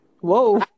Whoa